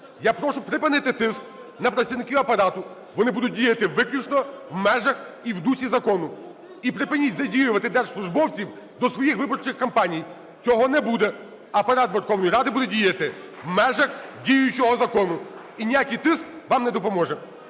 Я прошу припинити тиск на працівників Апарату. Вони будуть діяти виключно в межах і в дусі закону. І припиніть задіювати держслужбовців до своїх виборчих кампаній. Цього не буде. Апарат Верховної Ради буде діяти в межах діючого закону, і ніякий тиск вам не допоможе.